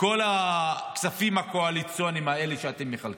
כל הכספים הקואליציוניים האלה שאתם מחלקים.